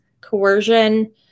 coercion